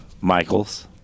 Michaels